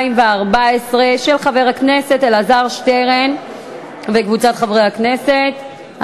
39 חברי כנסת בעד הצעת החוק, אפס מתנגדים.